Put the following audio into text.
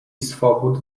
swobód